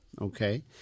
Okay